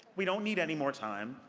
we don't need any more time.